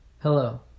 Hello